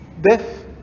death